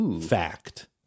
fact